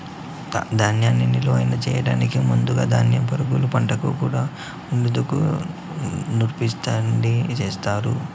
ధాన్యాన్ని నిలువ చేయటానికి ముందు ధాన్యంలో పురుగు పట్టకుండా ఉండేందుకు నూర్పిడిని చేస్తారు